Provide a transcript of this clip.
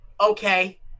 okay